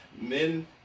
Men